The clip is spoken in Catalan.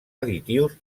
additius